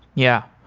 yeah.